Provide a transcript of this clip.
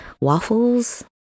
Waffles